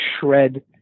shred